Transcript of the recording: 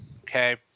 okay